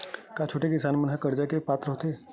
का छोटे किसान मन हा कर्जा ले के पात्र होथे?